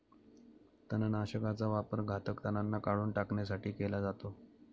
तणनाशकाचा वापर घातक तणांना काढून टाकण्यासाठी केला जातो